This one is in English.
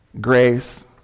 grace